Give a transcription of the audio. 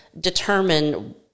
determine